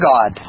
God